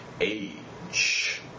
age